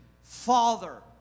father